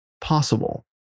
possible